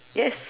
yes